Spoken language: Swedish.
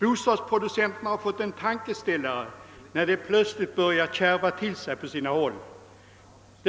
Bostadsproducenterna har fått en tankeställare när det plötsligt börjat kärva till sig på sina håll. År